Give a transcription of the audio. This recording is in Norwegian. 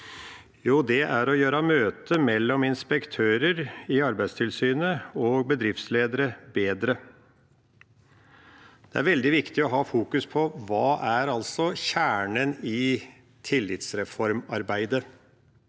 det er å gjøre møtet mellom inspektører i Arbeidstilsynet og bedriftsledere bedre. Det er veldig viktig å ha fokus på: Hva er kjernen i tillitsreformarbeidet?